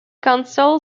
council